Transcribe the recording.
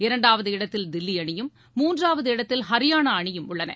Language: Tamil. இரண்டாவது இடத்தில் தில்லி அணியும் மூன்றாவது இடத்தில் ஹரியானா அணியும் உள்ளன